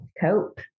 cope